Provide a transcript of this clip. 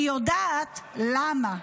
והיא יודעת למה.